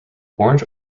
orange